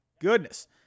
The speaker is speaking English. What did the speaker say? goodness